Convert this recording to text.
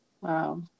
Wow